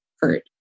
hurt